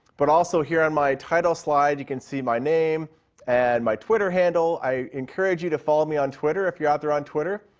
but also here on my title slide, you can see my name and my twitter handle. i encourage you to follow me on twitter, if you're out there on twitter,